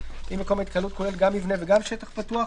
ואם מקום ההתקהלות כולל גם מבנה וגם שטח פתוח,